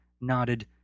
nodded